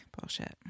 Bullshit